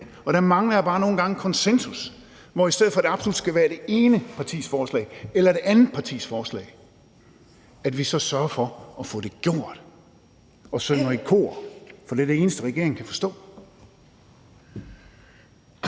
Og der mangler jeg bare nogle gange konsensus; at vi, i stedet for at det absolut skal være det ene partis forslag eller det andet partis forslag, sørger for at få det gjort og synger i kor. For det er det eneste, regeringen kan forstå.